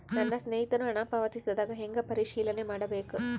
ನನ್ನ ಸ್ನೇಹಿತರು ಹಣ ಪಾವತಿಸಿದಾಗ ಹೆಂಗ ಪರಿಶೇಲನೆ ಮಾಡಬೇಕು?